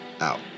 Out